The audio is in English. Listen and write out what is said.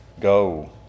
go